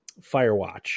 firewatch